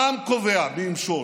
העם קובע מי ימשול,